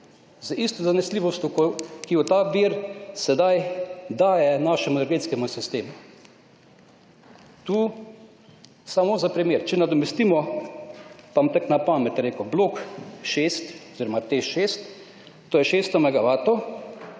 z isto zanesljivostjo, ki jo ta vir sedaj daje našemu energetskemu sistemu. Tu, samo za primer, če nadomestimo, pa bom tako na pamet rekel, blok 6 oziroma TEŠ-6, to je 600